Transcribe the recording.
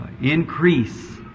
increase